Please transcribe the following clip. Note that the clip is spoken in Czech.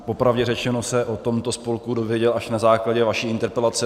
Popravdě řečeno, já jsem se o tomto spolku dozvěděl až na základě vaší interpelace.